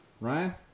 ryan